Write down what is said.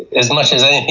as much as anything,